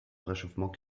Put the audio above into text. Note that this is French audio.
réchauffement